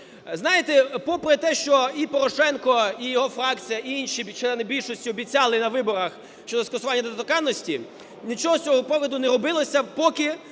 Знаєте, попри те, що і Порошенко, і його фракція, і інші члени в більшості обіцяли на виборах щодо скасування недоторканності, нічого з цього поводу не робилося, поки